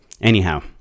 anyhow